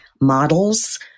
models